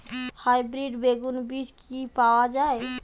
Hybrid বেগুন বীজ কি পাওয়া য়ায়?